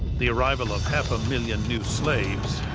the arrival of half a million new slaves,